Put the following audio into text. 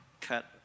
cut